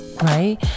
right